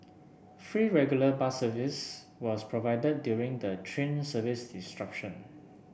free regular bus service was provided during the train service